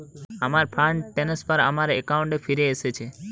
আমার fund transfer আমার অ্যাকাউন্টে ফিরে এসেছে